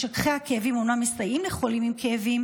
משככי הכאבים אומנם מסייעים לחולים עם כאבים,